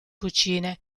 cucine